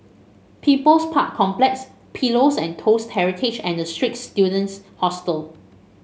People's Park Complex Pillows and Toast Heritage and The Straits Students Hostel